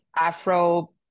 afro